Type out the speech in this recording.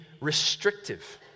restrictive